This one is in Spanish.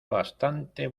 bastante